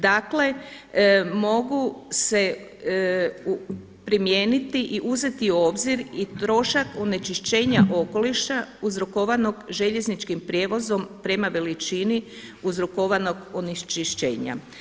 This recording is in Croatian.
Dakle, mogu se primijeniti i uzeti u obzir i trošak onečišćenja okoliša uzrokovanog željezničkim prijevozom prema veličini uzrokovanog onečišćenja.